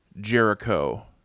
Jericho